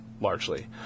largely